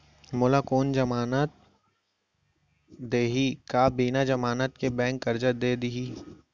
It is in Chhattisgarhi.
मोला कोन जमानत देहि का बिना जमानत के बैंक करजा दे दिही?